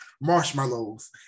marshmallows